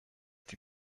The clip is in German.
die